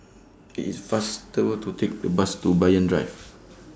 IT IS faster to Take The Bus to Banyan Drive